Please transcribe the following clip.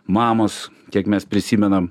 mamos kiek mes prisimenam